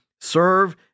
serve